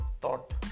thought